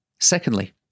Secondly